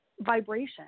vibration